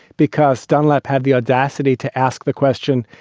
because dunlap had the audacity to ask the question,